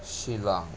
Shillong